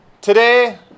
Today